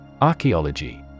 Archaeology